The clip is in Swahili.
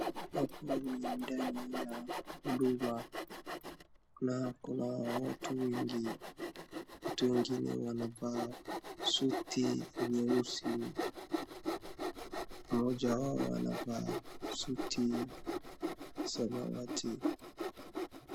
Hapo ni ndani ya huduma kuna watu wengi. Watu wengine wanavaa suti nyeusi. Mmoja wao anavaa suti samawati.